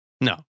no